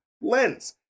lens